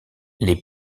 les